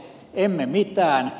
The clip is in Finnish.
emme mitään